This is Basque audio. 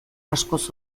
askoz